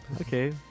okay